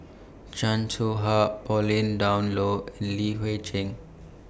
Chan Soh Ha Pauline Dawn Loh Li Hui Cheng